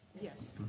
Yes